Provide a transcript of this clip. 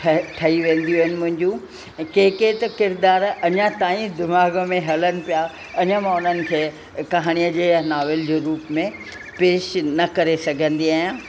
ठही ठही वेंदियूं आहिनि मुंंहिंजियूं के के त किरिदार अञा ताईं दिमाग़ में हलनि पिया अञा मां उन्हनि खे कहाणीअ जे नावेल जे रूप में पेश न करे सघंदी आहियां